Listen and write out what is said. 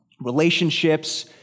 relationships